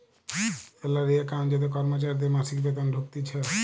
salary account যাতে কর্মচারীদের মাসিক বেতন ঢুকতিছে